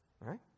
right